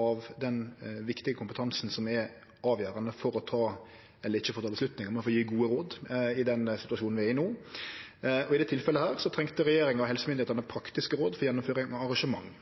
av den viktige kompetansen som er avgjerande for å gje gode råd i den situasjonen vi er i no. I dette tilfellet trong regjeringa og helsemyndigheitene praktiske råd for gjennomføring av